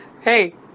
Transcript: Hey